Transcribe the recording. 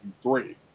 three